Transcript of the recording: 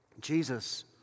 Jesus